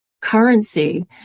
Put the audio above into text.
currency